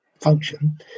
function